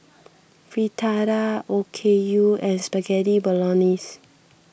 Fritada Okayu and Spaghetti Bolognese